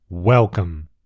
Welcome